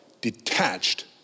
detached